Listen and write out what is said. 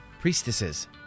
priestesses